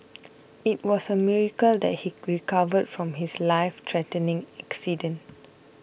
it was a miracle that he recovered from his life threatening accident